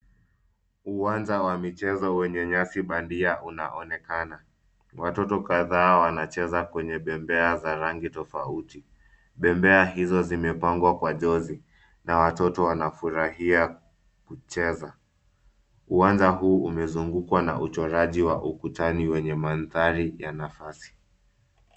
Uwanja wa michezo wenye nyasi bandia unaonekana. Watoto kadhaa wanacheza kwenye bembea za rangi tofauti. Bembea hizo zimepangwa kwa jozi na watoto wanafurahia kucheza. Uwanja huu umezungukwa na uchoraji wa ukutani wenye mandhari ya nafasi.